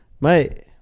Mate